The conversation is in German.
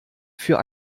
für